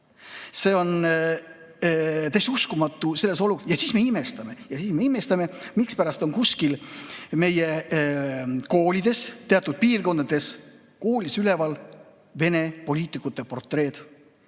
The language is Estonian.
See on täiesti uskumatu selles olukorras. Ja siis me imestame, mispärast on kuskil meie koolis, teatud piirkonnas koolis üleval Vene poliitikute portreed,